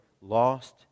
lost